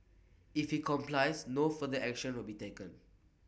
if he complies no further action will be taken